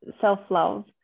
self-love